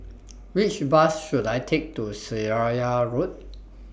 Which Bus should I Take to Seraya Road